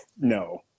no